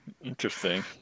Interesting